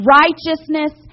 righteousness